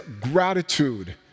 gratitude